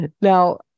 Now